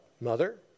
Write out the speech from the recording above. mother